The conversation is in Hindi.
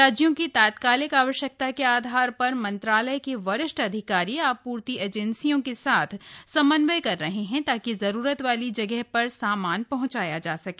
राज्यों की तात्कालिक आवश्यकता के आधार पर मंत्रालय के वरिष्ठ अधिकारी आपूर्ति एजेंसियों के साथ समन्वय कर रहे हैं ताकि ज़रूरत वाली जगह पर सामान पहंचाया जा सके